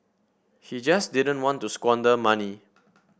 he just didn't want to squander money